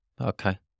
okay